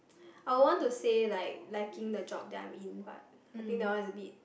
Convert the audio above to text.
I will want to say like liking the job that I am in but I think that one is a bit